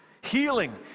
Healing